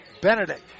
Benedict